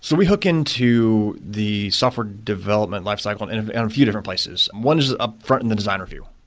so we hook into the software development lifecycle and and a few different places. one is upfront in the designer view.